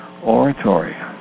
oratory